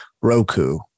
roku